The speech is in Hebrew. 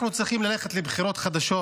אנחנו צריכים ללכת לבחירות חדשות.